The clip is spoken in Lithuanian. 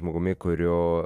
žmogumi kurio